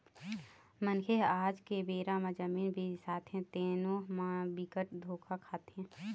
मनखे ह आज के बेरा म जमीन बिसाथे तेनो म बिकट धोखा खाथे